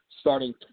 starting